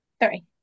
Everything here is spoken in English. Three